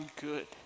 good